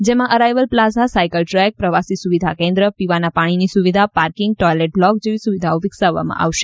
જેમાં arrival plaza cycle track પ્રવાસી સુવિધા કેન્દ્ર પીવાના પાણીની સુવિધા પાર્કિંગ ટોયલેટ બ્લોક જેવી સુવિધાઓ વિકસાવવામાં આવશે